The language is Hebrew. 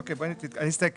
אוקיי, אני אסתכל.